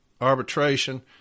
arbitration